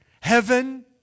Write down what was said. heaven